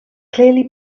clearly